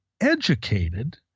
educated